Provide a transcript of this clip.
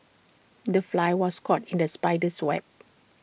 the fly was caught in the spider's web